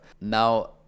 Now